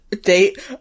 date